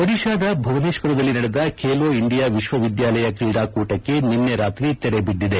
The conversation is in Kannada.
ಒದಿಶಾದ ಭುವನೇಶ್ವರದಲ್ಲಿ ನಡೆದ ಖೇಲೋ ಇಂಡಿಯಾ ವಿಶ್ವವಿದ್ಯಾಲಯ ಕ್ರೀಡಾಕೂಟಕ್ಕೆ ನಿನ್ನೆ ರಾತ್ರಿ ತೆರೆ ಬಿದ್ದಿದೆ